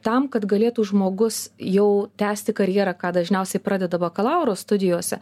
tam kad galėtų žmogus jau tęsti karjerą ką dažniausiai pradeda bakalauro studijose